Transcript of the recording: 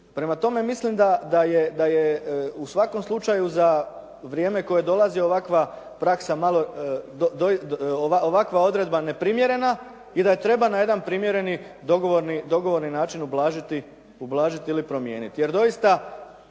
Prema tome mislim da je u svakom slučaju za vrijeme koje dolazi ovakva odredba neprimjerena i da je treba na jedan primjereni, dogovorni način ublažiti ili promijeniti.